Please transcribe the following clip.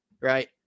right